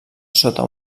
sota